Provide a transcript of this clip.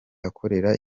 akorera